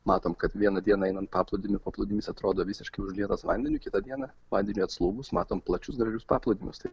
matom kad vieną dieną einant paplūdimiu paplūdimys atrodo visiškai užlietas vandeniu kitą dieną vandeniui atslūgus matome plačius gražius paplūdimius tai